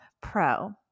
Pro